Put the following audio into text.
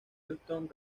houston